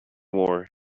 war